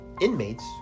inmates